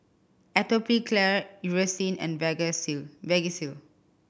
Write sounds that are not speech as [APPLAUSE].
Atopiclair Eucerin and [UNINTELLIGIBLE] Vagisil